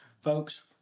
Folks